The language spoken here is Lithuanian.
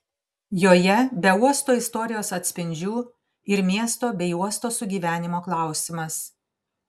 joje be uosto istorijos atspindžių ir miesto bei uosto sugyvenimo klausimas